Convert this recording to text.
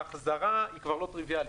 ההחזרה היא כבר לא טריוויאלית.